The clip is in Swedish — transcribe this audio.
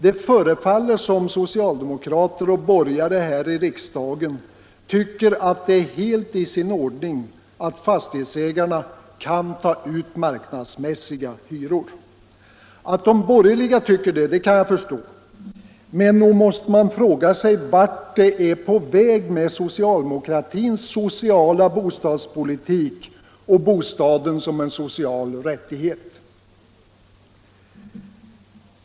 Det förefaller som om socialdemokrater och borgare här i riksdagen tycker att det är helt i sin ordning att fastighetsägarna kan ta ut marknadsmässiga hyror. Att de borgerliga tycker det kan jag förstå, men nog måste man fråga sig vart det är på väg med socialdemokratins sociala bostadspolitik och bostaden som en social rättighet.